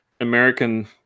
American